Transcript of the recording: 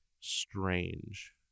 strange